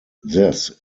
this